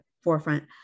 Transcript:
forefront